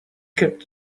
kept